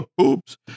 oops